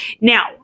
Now